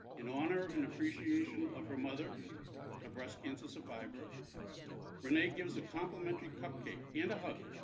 in honor and appreciation of her mother a breast cancer survivor rene gives a complimentary cupcake and a hug.